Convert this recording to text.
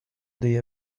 they